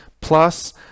plus